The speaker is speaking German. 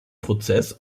prozess